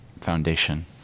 foundation